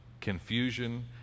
confusion